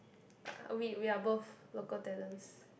uh we we are both local talents